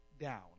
down